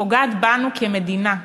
ופוגעת בנו כמדינה.